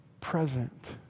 present